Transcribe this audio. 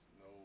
No